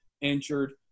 injured